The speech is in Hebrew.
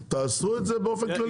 תעשו את זה באופן כללי?